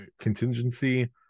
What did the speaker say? contingency